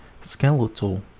Skeletal